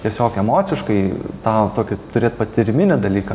tiesiog emociškai tą tokį turėt patyriminį dalyką